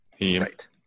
Right